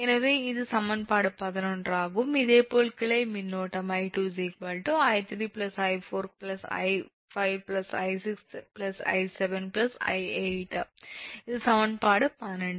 எனவே இது சமன்பாடு 11 ஆகும் அதே போல் கிளை மின்னோட்டம் 𝐼2 𝑖3𝑖4𝑖5𝑖6𝑖7𝑖8 இது சமன்பாடு 12